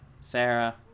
Sarah